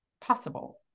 possible